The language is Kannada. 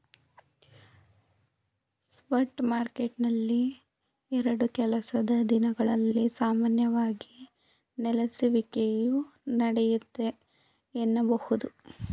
ಸ್ಪಾಟ್ ಮಾರ್ಕೆಟ್ನಲ್ಲಿ ಎರಡು ಕೆಲಸದ ದಿನಗಳಲ್ಲಿ ಸಾಮಾನ್ಯವಾಗಿ ನೆಲೆಸುವಿಕೆಯು ನಡೆಯುತ್ತೆ ಎನ್ನಬಹುದು